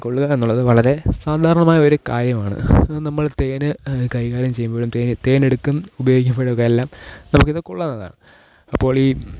കൊള്ളുക എന്നുള്ളത് വളരെ സാധാരണമായൊരു കാര്യമാണ് അത് നമ്മള് തേൻ കൈകാര്യം ചെയ്യുമ്പോഴും തേൻ തേൻ എടുക്കുന് ഉപയോഗിക്കുമ്പൊഴും ഒക്കെ എല്ലം നമുക്ക് ഇത് കൊള്ളാവുന്നതാണ് അപ്പോൾ ഈ